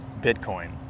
Bitcoin